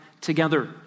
together